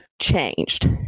changed